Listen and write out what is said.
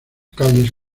calles